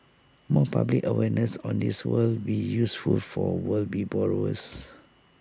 more public awareness on this would be useful for world be borrowers